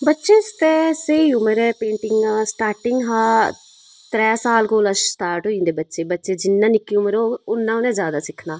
बच्चें आस्तै स्हेई उमर ऐ पेंटिंग सटार्टिंग दा त्रै साल कोला सटार्ट होई जंदे बच्चे बच्चे जिन्नी निक्की उमर होग उन्ना उ'नें जैदा सिक्खना